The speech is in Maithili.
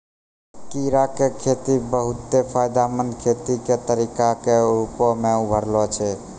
कीड़ा के खेती बहुते फायदामंद खेती के तरिका के रुपो मे उभरलो छै